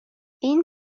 این